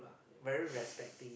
very respective